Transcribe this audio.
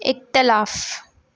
इख़्तिलाफ़ु